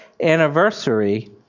anniversary